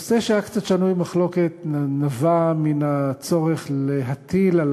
נושא שהיה קצת שנוי במחלוקת נבע מן הצורך להטיל על